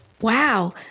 Wow